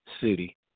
city